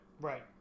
Right